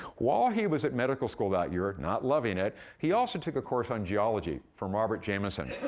while he was at medical school that year, not loving it, he also took a course on geology from robert jameson.